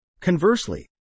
Conversely